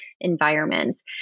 environments